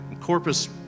Corpus